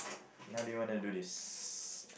okay how do you wanna do this